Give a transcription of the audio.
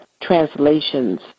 translations